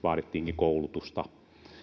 vaadittiinkin koulutusta